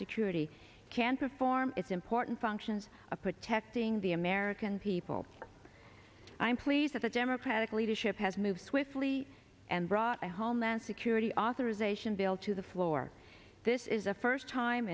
security can perform its important functions of protecting the american people i'm pleased at the democratic leadership has moved swiftly and brought a homeland security authorization bill to the floor this is the first time